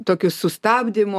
tokiu sustabdymu